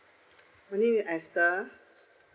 my name is esther